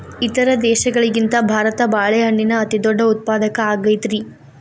ಇತರ ದೇಶಗಳಿಗಿಂತ ಭಾರತ ಬಾಳೆಹಣ್ಣಿನ ಅತಿದೊಡ್ಡ ಉತ್ಪಾದಕ ಆಗೈತ್ರಿ